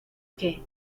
que